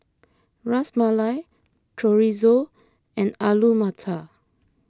Ras Malai Chorizo and Alu Matar